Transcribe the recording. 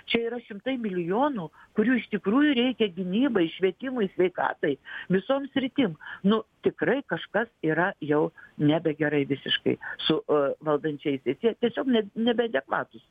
čia yra šimtai milijonų kurių iš tikrųjų reikia gynybai švietimui sveikatai visom sritim nu tikrai kažkas yra jau nebegerai visiškai su valdančiaisiais jie tiesiog ne nebeadekvatūs